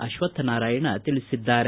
ಅಶ್ವತ್ಥನಾರಾಯಣ ತಿಳಿಸಿದ್ದಾರೆ